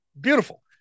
beautiful